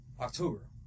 October